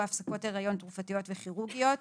הפסקות הריון תרופתיות וכירורגיות".